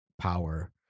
power